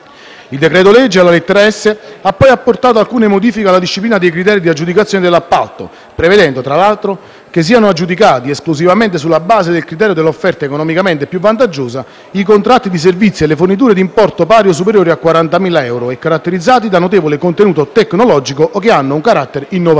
Il decreto-legge, alla lettera *s)*, ha poi apportato alcune modifiche alla disciplina dei criteri di aggiudicazione dell'appalto prevedendo, tra l'altro, che siano aggiudicati esclusivamente sulla base del criterio dell'offerta economicamente più vantaggiosa i contratti di servizi e le forniture di importo pari o superiore a 40.000 euro e caratterizzati da notevole contenuto tecnologico o che abbiano un carattere innovativo.